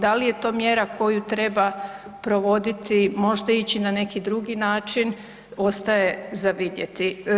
Da li je to mjera koju treba provoditi, možete ići na neki drugi način, ostaje za vidjeti.